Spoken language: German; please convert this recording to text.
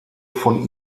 von